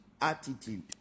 attitude